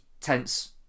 tense